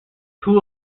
two